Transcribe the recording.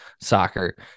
soccer